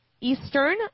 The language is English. Eastern